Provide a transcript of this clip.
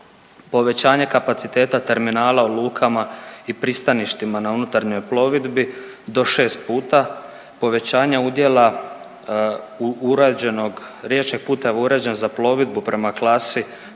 Povećanje kapaciteta terminala u lukama i pristaništima na unutarnjoj plovidbi do šest puta, povećanja udjela uređenog, riječni put uređen za plovidbu prema klasi